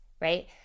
right